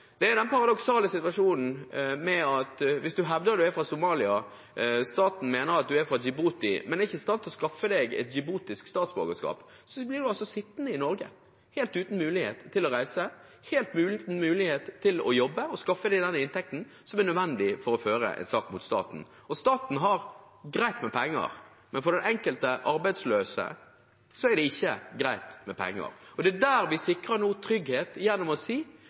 Det er den paradoksale situasjonen hvis en hevder å være fra Somalia, mens staten mener en er fra Djibouti, men ikke er i stand til å skaffe en et djiboutisk statsborgerskap, at da blir en sittende i Norge, helt uten mulighet til å reise og helt uten mulighet til å jobbe og skaffe seg den inntekten som er nødvendig for å føre en sak mot staten. Staten har greit med penger, men for den enkelte arbeidsløse er det ikke greit med penger. Der sikrer vi nå trygghet gjennom å si